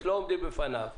לא עומדים בפניו,